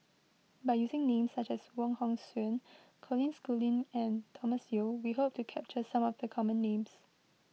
by using names such as Wong Hong Suen Colin Schooling and Thomas Yeo we hope to capture some of the common names